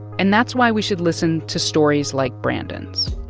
and that's why we should listen to stories like brandon's.